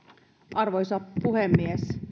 arvoisa puhemies